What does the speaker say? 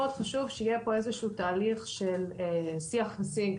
מאוד חשוב שיהיה פה תהליך של שיח ושיג,